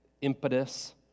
impetus